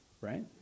right